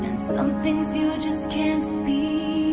some things you just can't speak